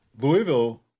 Louisville